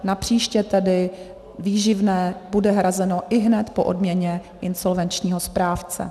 Napříště tedy výživné bude hrazeno ihned po odměně insolvenčního správce.